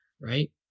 right